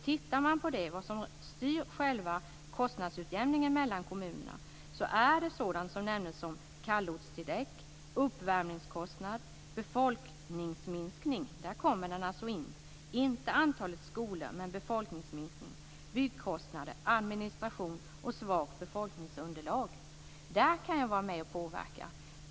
Tittar man på vad som styr själva kostnadsutjämningen mellan kommunerna ser man att det är sådant som kallortstillägg, uppvärmingskostnad, befolkningsminskning - där kommer den alltså in: inte antalet skolor, men befolkningsminskning -, byggkostnader, administration och svagt befolkningsunderlag. Där kan jag vara med och påverka.